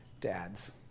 dads